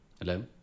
Hello